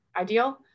ideal